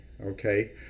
okay